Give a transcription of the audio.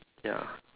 ya